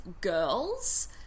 girls